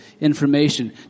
information